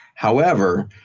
however,